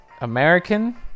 American